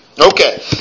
Okay